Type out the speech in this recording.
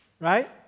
Right